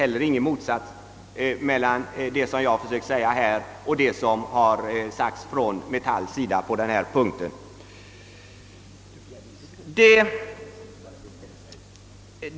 Det är ingen motsättning mellan vad jag försökt säga här och vad Metall anfört på den här punkten.